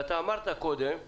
ואתה אמרת קודם --- נכון.